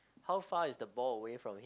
how far is the ball away from him